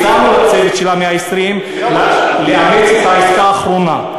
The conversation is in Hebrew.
הצענו ל"צוות 120" לאמץ את העסקה האחרונה.